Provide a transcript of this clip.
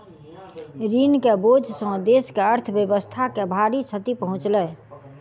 ऋण के बोझ सॅ देस के अर्थव्यवस्था के भारी क्षति पहुँचलै